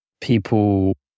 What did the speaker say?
people